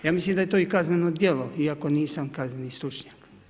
Ja mislim da je to i kazneno djelo iako nisam kazneni stručnjak.